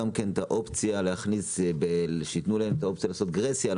צריך לתת להם אופציה לעשות גרייס על